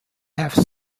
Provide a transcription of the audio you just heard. have